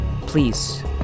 Please